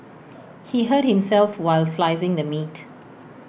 he hurt himself while slicing the meat